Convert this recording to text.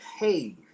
behave